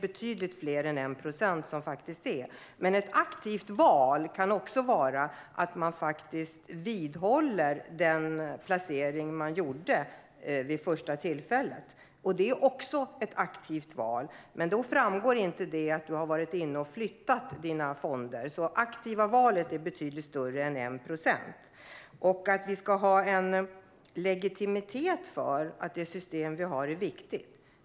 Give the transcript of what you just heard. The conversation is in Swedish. Ett aktivt val kan också vara att man vidhåller den placering man gjorde vid det första tillfället. Det är ett aktivt val, men det framgår inte att man har varit inne och flyttat på sina fonder. Det är alltså betydligt fler än 1 procent som gör ett aktivt val. Vi ska ha en legitimitet för det system vi har; det är viktigt.